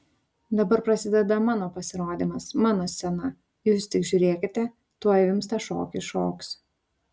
dabar prasideda mano pasirodymas mano scena jūs tik žiūrėkite tuoj jums tą šokį šoksiu